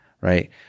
right